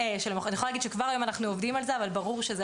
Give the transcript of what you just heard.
אני יכולה להגיד שכבר היום אנחנו עובדים על זה אבל ברור שזה